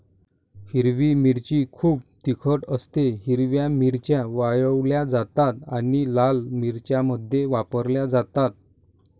हिरवी मिरची खूप तिखट असतेः हिरव्या मिरच्या वाळवल्या जातात आणि लाल मिरच्यांमध्ये वापरल्या जातात